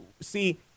see